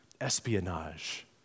espionage